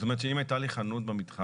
זאת אומרת שאם הייתה לי חנות במתחם,